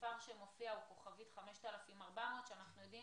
המספר שמופיע הוא כוכבית 5400, שאנחנו יודעים